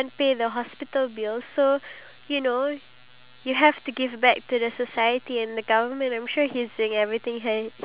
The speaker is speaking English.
iya and like let's say people who drive uh the cab or taxi you can't blame the government